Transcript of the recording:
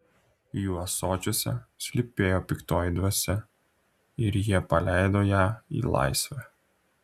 jų ąsočiuose slypėjo piktoji dvasia ir jie paleido ją į laisvę